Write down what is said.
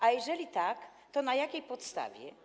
A jeżeli tak, to na jakiej podstawie?